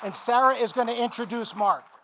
and sara is gonna introduce mark.